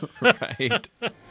right